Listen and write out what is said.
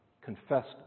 confessed